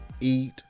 eat